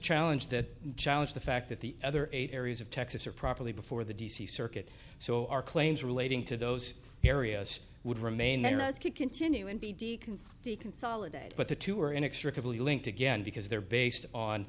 challenge that challenge the fact that the other eight areas of texas are properly before the d c circuit so our claims relating to those areas would remain and those could continue and be d can be consolidated but the two are inextricably linked again because they're based on